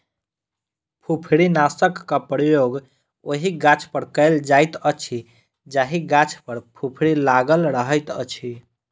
फुफरीनाशकक प्रयोग ओहि गाछपर कयल जाइत अछि जाहि गाछ पर फुफरी लागल रहैत अछि